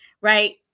right